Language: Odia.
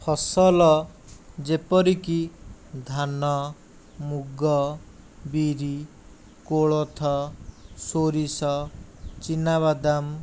ଫସଲ ଯେପରିକି ଧାନ ମୁଗ ବିରି କୋଳଥ ସୋରିଷ ଚିନାବାଦାମ